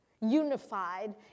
unified